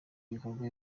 ibikorwa